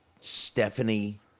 Stephanie